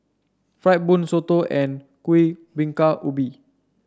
fried bun soto and Kuih Bingka Ubi